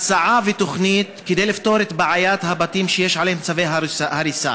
הצעה ותוכנית כדי לפתור את בעיית הבתים שיש עליהם צווי הריסה.